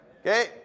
okay